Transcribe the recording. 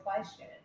question